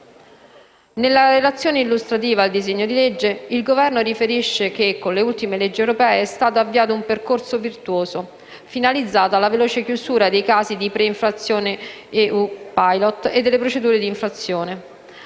Nella relazione illustrativa al disegno di legge, il Governo riferisce che con le ultime leggi europee è stato avviato un percorso virtuoso finalizzato alla veloce chiusura dei casi di pre-infrazione EU Pilot e delle procedure di infrazione.